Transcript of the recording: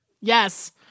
Yes